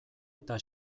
eta